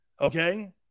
Okay